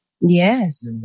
Yes